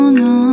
no